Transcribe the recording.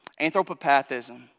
Anthropopathism